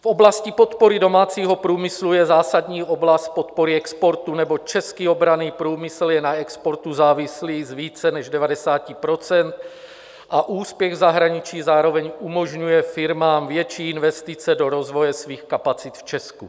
V oblasti podpory domácího průmyslu je zásadní oblast podpory exportu, neboť český obranný průmysl je na exportu závislý z více než 90 % a úspěch v zahraničí zároveň umožňuje firmám větší investice do rozvoje svých kapacit v Česku.